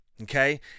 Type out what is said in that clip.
Okay